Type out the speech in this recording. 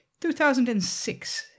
2006